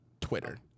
Twitter